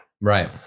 Right